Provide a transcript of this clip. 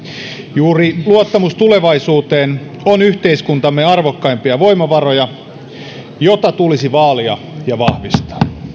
juuri luottamus tulevaisuuteen on yhteiskuntamme arvokkaimpia voimavaroja jota tulisi vaalia ja vahvistaa